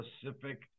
specific